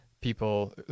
people